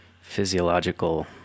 physiological